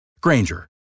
Granger